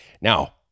Now